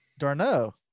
Darno